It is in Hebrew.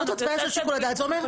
זה אומר,